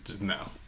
no